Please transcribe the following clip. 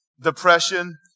depression